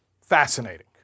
fascinating